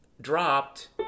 dropped